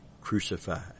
crucified